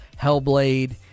Hellblade